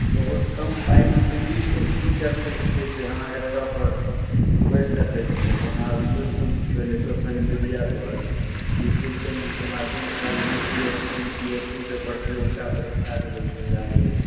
बहुत कम पाइमे दिल्लीके टीचर से जे छै से अहाँ एतऽ पर पढ़ि सकै छिए जेना आब यूट्यूब भेलै सोशल मीडिआपर यूट्यूब चैनलके माध्यमसँ आब U P S C B P S C के प्रतियोगिता परीक्षाके लोक तैआरी